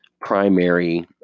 primary